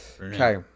Okay